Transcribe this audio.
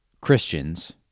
Christians